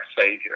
Savior